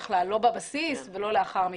לא בבסיס ולא לאחר מכן.